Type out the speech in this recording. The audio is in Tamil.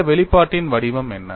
இந்த வெளிப்பாட்டின் வடிவம் என்ன